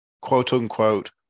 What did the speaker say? quote-unquote